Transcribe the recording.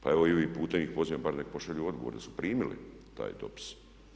Pa evo i ovim putem ih pozivam bar nek pošalju odgovor da su primili taj dopis.